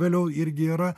vėliau irgi yra